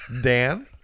Dan